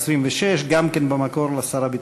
226. גם כן במקור לשר הביטחון.